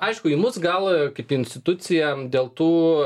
aišku į mus gal kaip į instituciją dėl tų